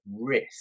risk